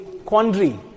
quandary